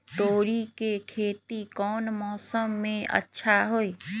तोड़ी के खेती कौन मौसम में अच्छा होई?